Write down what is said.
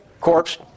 corpse